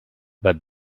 but